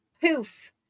Poof